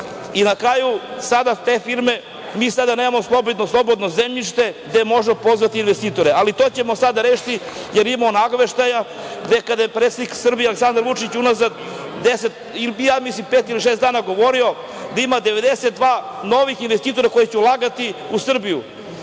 i na kraju sada te firme, mi sada nemamo slobodno zemljište gde možemo pozvati investitore. To ćemo sada rešiti, jer imamo nagoveštaja, gde kada je predsednik Srbije, Aleksandar Vučić unazad pet ili šest dana govorio, da ima 92 novih investitora koji će ulagati u Srbiju.